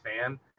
fan